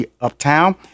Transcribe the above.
Uptown